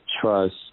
trust